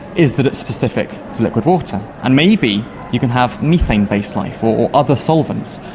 is that it's specific to liquid water. and maybe you can have methane-based life or other solvents.